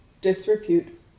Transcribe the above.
disrepute